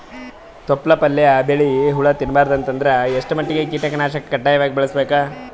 ತೊಪ್ಲ ಪಲ್ಯ ಬೆಳಿ ಹುಳ ತಿಂಬಾರದ ಅಂದ್ರ ಎಷ್ಟ ಮಟ್ಟಿಗ ಕೀಟನಾಶಕ ಕಡ್ಡಾಯವಾಗಿ ಬಳಸಬೇಕು?